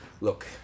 Look